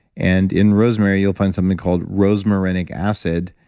and in rosemary, you'll find something called rosmarinic acid.